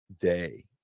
day